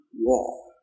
wall